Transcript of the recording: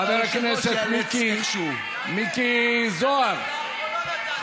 חבר הכנסת מיקי זוהר,